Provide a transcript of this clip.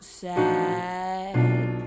sad